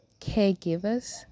caregivers